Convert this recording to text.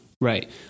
right